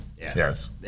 yes